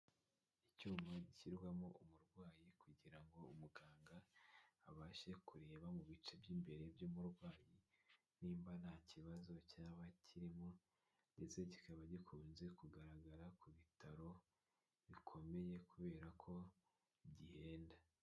Icyuma gishyirwamo umurwayi kugira ngo umuganga abashe kureba mu bice by'imbere by'umurwayi nimba nta kibazo cyaba kirimo, ndetse kikaba gikunze kugaragara ku bitaro bikomeye kubera ko gihenda.